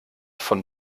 von